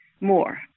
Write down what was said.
more